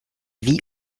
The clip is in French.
vit